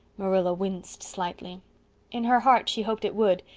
marilla winced slightly in her heart she hoped it would,